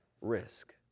risk